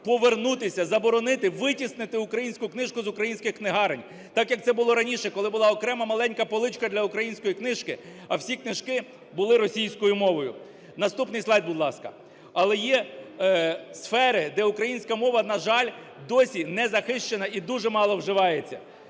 повернутися, заборонити, витіснити українську книжку з українських книгарень, так, як це було раніше, коли була окрема маленька поличка для української книжки, а всі книжки були російською мовою. Наступний слайд, будь ласка. Але є сфери, де українська мова, на жаль, досі не захищена і дуже мало вживається.